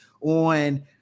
on